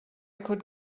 could